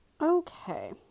Okay